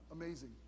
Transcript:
amazing